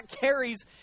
carries